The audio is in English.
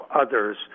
others